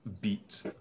beat